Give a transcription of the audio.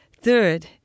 Third